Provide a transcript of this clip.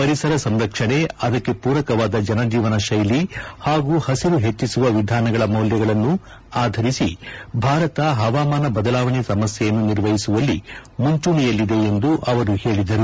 ಪರಿಸರ ಸಂರಕ್ಷಣೆ ಆದಕ್ಷೆ ಪೂರಕವಾದ ಜನಜೀವನ ಶೈಲಿ ಹಾಗೂ ಪಸಿರು ಹೆಚ್ಚಿಸುವ ವಿಧಾನಗಳ ಮೌಲ್ಲಗಳನ್ನು ಆಧರಿಸಿ ಭಾರತ ಹವಾಮಾನ ಬದಲಾವಣೆ ಸಮಸ್ಥೆಯನ್ನು ನಿರ್ವಹಿಸುವಲ್ಲಿ ಮುಂಚೂಣಿಯಲ್ಲಿದೆ ಎಂದು ಅವರು ಹೇಳದರು